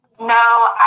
No